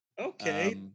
Okay